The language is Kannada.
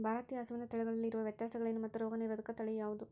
ಭಾರತೇಯ ಹಸುವಿನ ತಳಿಗಳಲ್ಲಿ ಇರುವ ವ್ಯತ್ಯಾಸಗಳೇನು ಮತ್ತು ರೋಗನಿರೋಧಕ ತಳಿ ಯಾವುದು?